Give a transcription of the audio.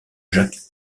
jacques